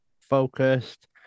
focused